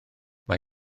mae